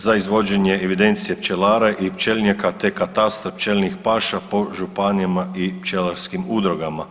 za izvođenje evidencije pčelara i pčelinjaka te katastar pčelinjih paša po županijama i pčelarskim udrugama.